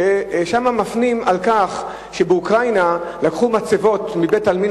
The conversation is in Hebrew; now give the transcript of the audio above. ושם מפנים לכך שבאוקראינה לקחו מצבות מבית-עלמין